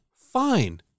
fine